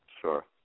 Sure